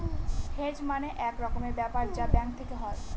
hedge মানে এক রকমের ব্যাপার যা ব্যাঙ্ক থেকে হয়